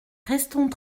restons